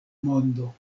mondo